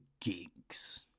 Gigs